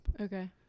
Okay